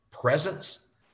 presence